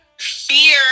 fear